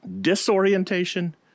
disorientation